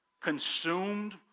consumed